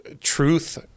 truth